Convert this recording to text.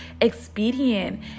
expedient